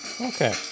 Okay